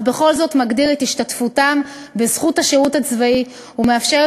אך הוא בכל זאת מגביר את השתתפותם בזכות השירות הצבאי ומאפשר